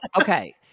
okay